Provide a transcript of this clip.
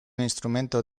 instrumento